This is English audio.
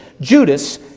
judas